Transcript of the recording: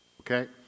okay